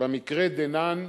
במקרה דנן,